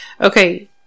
okay